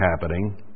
happening